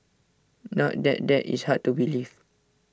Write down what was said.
not that that is hard to believe